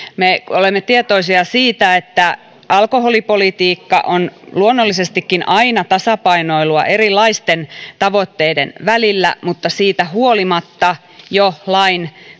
olemme tietoisia siitä että alkoholipolitiikka on luonnollisestikin aina tasapainoilua erilaisten tavoitteiden välillä mutta siitä huolimatta jo lain